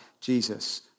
Jesus